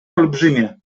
olbrzymie